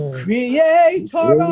creator